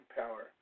power